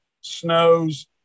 snows